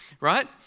right